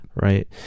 Right